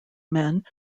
men